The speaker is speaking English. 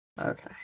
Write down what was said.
Okay